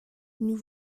nous